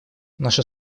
наша